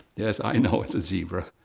yes, i know it's a zebra.